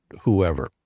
whoever